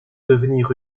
devenir